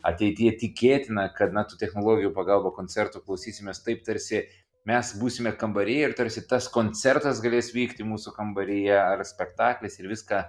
ateityje tikėtina kad na tų technologijų pagalba koncertų klausysimės taip tarsi mes būsime kambary ir tarsi tas koncertas galės vykti mūsų kambaryje ar spektaklis ir viską